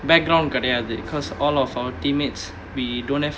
background கிடையாது:kidaiyaathu because all of our teammates we don't have